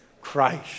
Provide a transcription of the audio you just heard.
Christ